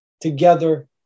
together